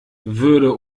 würde